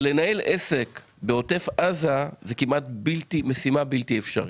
אבל לנהל עסק בעוטף עזה זה כמעט משימה בלתי אפשרית.